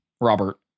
Robert